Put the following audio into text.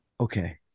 okay